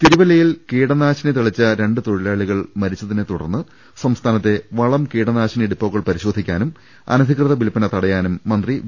തിരുവല്ലയിൽ കീടനാശിനി തളിച്ച രണ്ട് തൊഴിലാളികൾ മരിച്ച തിനെ തുടർന്ന് സംസ്ഥാനത്തെ വളം കീടനാശിനി ഡിപ്പോകൾ പരിശോധിക്കാനും അനധികൃത വിൽപന തടയാനും മന്ത്രി വി